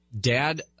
dad